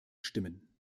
stimmen